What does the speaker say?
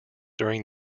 during